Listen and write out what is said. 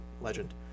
Legend